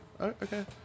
okay